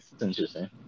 interesting